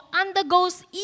undergoes